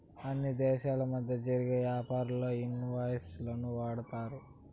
అన్ని దేశాల మధ్య జరిగే యాపారాల్లో ఇన్ వాయిస్ లను వాడతారు